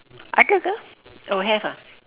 ada ke oh have ah